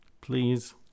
Please